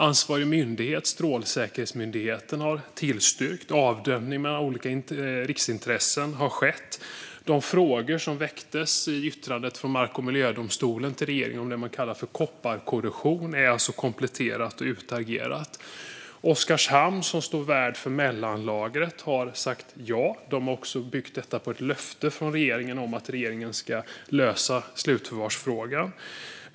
Ansvarig myndighet, Strålsäkerhetsmyndigheten, har tillstyrkt. Avdömning mellan olika riksintressen har skett. De frågor som väcktes i yttrandet från mark och miljödomstolen till regeringen om det man kallar kopparkorrosion är alltså kompletterade och utagerade. Oskarshamn, som står värd för mellanlagret, har sagt ja. Man har byggt detta på ett löfte från regeringen om att regeringen ska lösa slutförvarsfrågan.